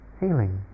healing